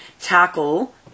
tackle